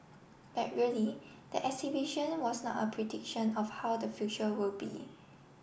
but really the exhibition was not a prediction of how the future will be